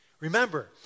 Remember